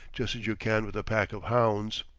just as you can with a pack of hounds.